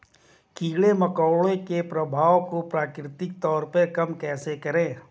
कीड़े मकोड़ों के प्रभाव को प्राकृतिक तौर पर कम कैसे करें?